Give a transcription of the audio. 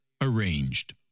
Arranged